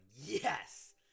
Yes